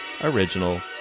original